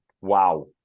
wow